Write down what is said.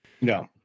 No